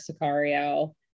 Sicario